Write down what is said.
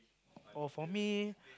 oh for me